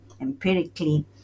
empirically